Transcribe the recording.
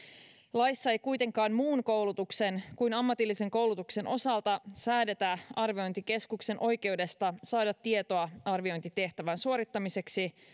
laissa ei kuitenkaan muun koulutuksen kuin ammatillisen koulutuksen osalta säädetä arviointikeskuksen oikeudesta saada tietoa arviointitehtävän suorittamiseksi